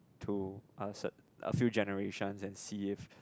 to a cer~ a few generation and see if